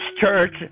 church